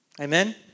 Amen